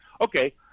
Okay